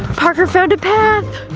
parker found a path!